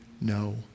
no